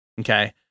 Okay